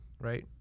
right